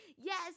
yes